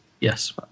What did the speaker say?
yes